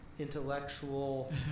intellectual